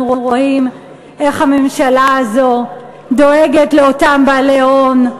אנחנו רואים איך הממשלה הזאת דואגת לאותם בעלי ההון?